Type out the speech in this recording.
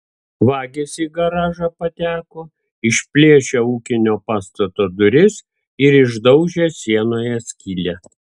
vagys į garažą pateko išplėšę ūkinio pastato duris ir išdaužę sienoje skylę